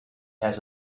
has